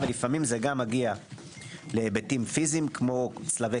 לפעמים זה גם מגיע להיבטים פיזיים כמו צלבי